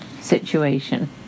situation